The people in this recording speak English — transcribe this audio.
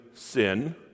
sin